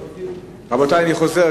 אני חוזר,